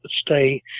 stay